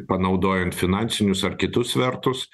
panaudojant finansinius ar kitus svertus